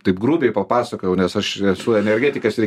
taip grubiai papasakojau nes aš esu energetikas ir